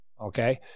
Okay